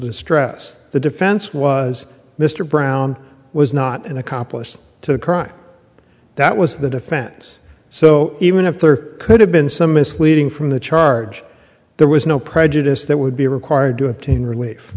distress the defense was mr brown was not an accomplice to a crime that was the defense so even if there could have been some misleading from the charge there was no prejudice that would be required to obtain relief